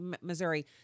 Missouri